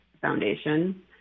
foundation